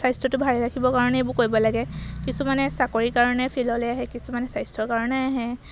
স্বাস্থ্যটো ভালে ৰাখিব কাৰণে এইবোৰ কৰিব লাগে কিছুমানে চাকৰিৰ কাৰণে ফিল্ডলৈ আহে কিছুমানে স্বাস্থ্যৰ কাৰণে আহে